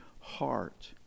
heart